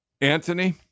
Anthony